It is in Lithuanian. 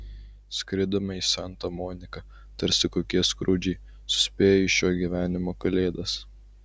skridome į santa moniką tarsi kokie skrudžai suspėję į šio gyvenimo kalėdas